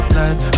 life